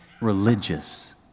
religious